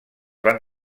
van